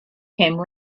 came